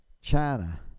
China